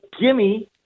gimme